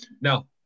Now